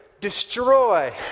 destroy